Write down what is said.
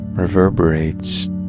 reverberates